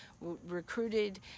recruited